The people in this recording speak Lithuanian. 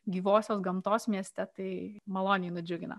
gyvosios gamtos mieste tai maloniai nudžiugino